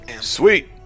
Sweet